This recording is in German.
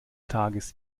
tages